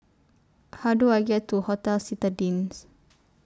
How Do I get to Hotel Citadines